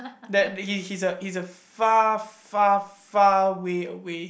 that he's a he's a far far far way away